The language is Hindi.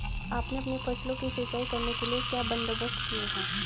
आपने अपनी फसलों की सिंचाई करने के लिए क्या बंदोबस्त किए है